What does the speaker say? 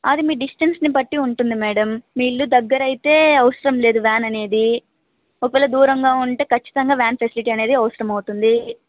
అది మీ డిస్టెన్స్ని బట్టి ఉంటుంది మేడం మీ ఇల్లు దగ్గరయితే అవసరం లేదు వాన్ అనేది ఒకవేళ్ళ దూరంగా ఉంటే ఖచ్చితంగా వాన్ ఫెసిలిటీ అనేది అవసరంమవుతుంది